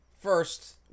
first